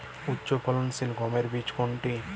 উচ্চফলনশীল গমের বীজ কোনটি?